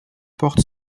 porte